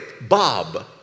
Bob